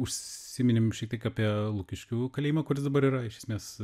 užsiminėm šiek tiek apie lukiškių kalėjimą kuris dabar yra iš esmės